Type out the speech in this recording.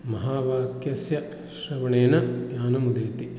महावाक्यस्य श्रवणेन ज्ञानम् उदेति